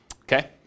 okay